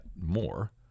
more